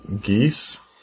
geese